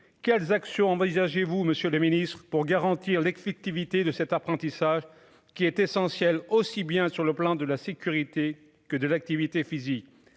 quelles actions envisagez-vous, Monsieur le Ministre, pour garantir l'effectivité de cet apprentissage, qui est essentiel, aussi bien sur le plan de la sécurité que de l'activité physique